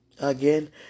Again